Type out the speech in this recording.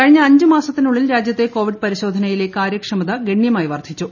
കഴിഞ്ഞ അഞ്ച് മാസത്തിനുള്ളിൽ രാജ്യത്തെ കോവിഡ് പരിശോധനയിലെ കാര്യ ക്ഷമത ഗണ്യമായി വർദ്ധിച്ചു